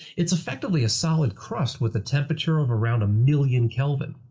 it's effectively a solid crust with a temperature of around a million kelvin.